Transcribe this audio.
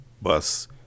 bus